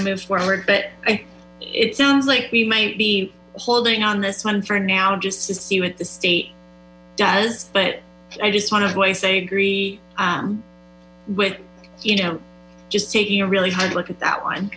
to move forward but it sounds like we might be holding on this one for now just to see what the state does but i just want to voice i agree with you know just taking a really hard look at that one